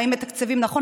האם מתקצבים נכון,